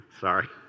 Sorry